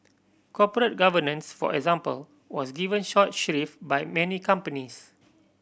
corporate governance for example was given short shrift by many companies